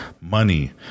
money